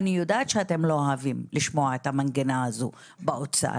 אני יודעת שאתם לא אוהבים לשמוע את המנגינה הזו באוצר,